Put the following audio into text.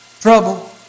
trouble